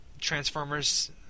Transformers